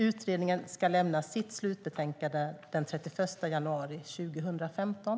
Utredningen ska lämna sitt slutbetänkande den 31 januari 2015.